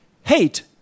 hate